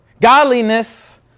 Godliness